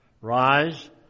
Rise